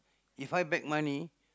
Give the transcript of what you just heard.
If I beg money